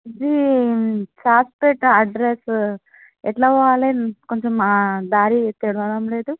ఇది సాక్ పేట్ అడ్రసు ఎట్లా పోవాలి కొంచెం దారి తెలవడం లేదు